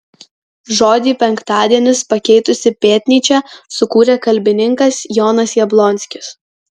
žodį penktadienis pakeitusį pėtnyčią sukūrė kalbininkas jonas jablonskis